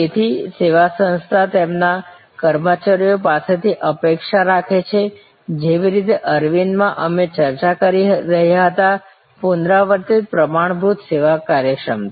તેથી સેવા સંસ્થા તેમના કર્મચારીઓ પાસેથી અપેક્ષા રાખે છે જેવી રીતે અરવિંદમાં અમે ચર્ચા કરી રહ્યા હતા પુનરાવર્તિત પ્રમાણભૂત સેવા કાર્યક્ષમતા